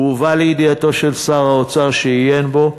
הוא הובא לידיעתו של שר האוצר, שעיין בו.